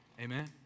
amen